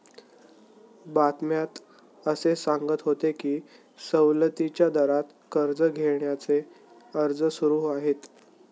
बातम्यात असे सांगत होते की सवलतीच्या दरात कर्ज घेण्याचे अर्ज सुरू आहेत